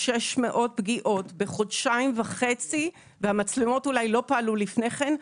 600 פגיעות בחודשיים וחצי והמצלמות אולי לא פעלו לפני כן.